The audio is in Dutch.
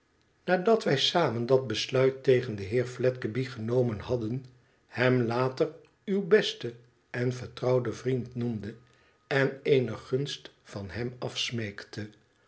nadat wij te zamen dat besluit tegen den heer fledgeby genomen hadden hem later uw besten en vertrouwden vriend noemdet en eene gunst van hem afsroeektet